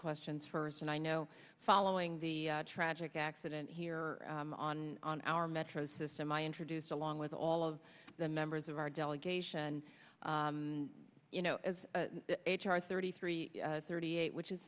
questions first and i know following the tragic accident here on our metro system i introduced along with all of the members of our delegation you know as h r thirty three thirty eight which is